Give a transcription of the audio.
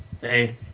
hey